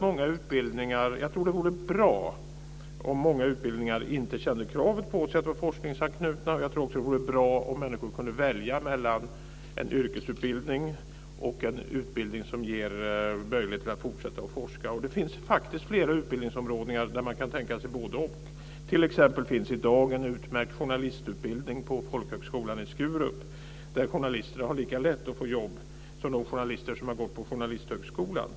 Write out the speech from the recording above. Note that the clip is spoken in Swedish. Jag tror att det vore bra om många utbildningar inte hade krav på sig att vara forskningsanknutna. Jag tror också att det vore bra om människor kunde välja mellan en yrkesutbildning och en utbildning som ger möjligheter till att fortsätta att forska. Och det finns faktiskt flera utbildningsområden där man kan tänka sig både-och. Det finns t.ex. i dag en utmärkt journalistutbildning på folkhögskolan i Skurup. De journalister som utbildas där har lika lätt att få jobb som de journalister som har gått på Journalisthögskolan.